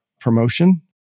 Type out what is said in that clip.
promotion